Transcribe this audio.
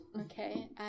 Okay